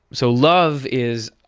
so love is,